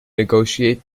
negotiate